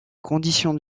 conditions